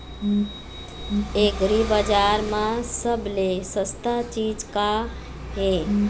एग्रीबजार म सबले सस्ता चीज का ये?